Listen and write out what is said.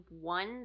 one